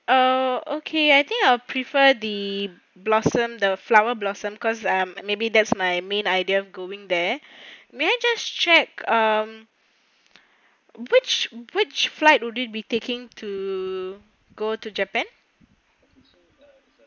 uh okay I think I'll prefer the blossom the flower blossom cause I'm maybe that's my main idea going there may I just check um which which flight would it be taking to go to japan